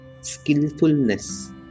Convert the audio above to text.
skillfulness